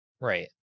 right